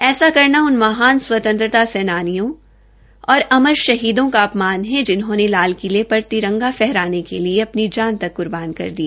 ऐसा करना उन महान स्वतंत्रता सेनानियों और अमर शहीदों का अपमान है जिन्होंने लाल किले पर तिरंगा फहराने के लिए अपनी जान तक कुर्बान कर दी